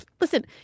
Listen